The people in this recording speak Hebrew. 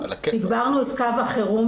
תגברנו את קו החירום,